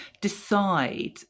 decide